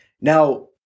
Now